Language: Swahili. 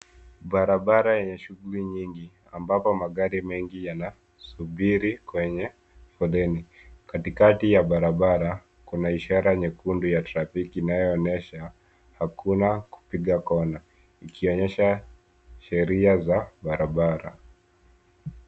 Barabara yenye shughuli nyingi, ambapo magari mengi yanasubiri kwenye foleni. Katikati ya barabara, kuna ishara nyekundu ya trafiki inayoonyesha hakuna kupiga kona, ikionyesha sheria za barabara.